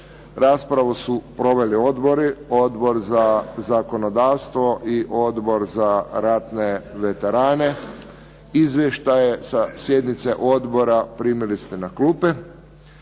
Raspravu su proveli odbori, Odbor za zakonodavstvo i Odbor za ratne veterane. Izvještaje sa sjednice odbora primili ste na klupe.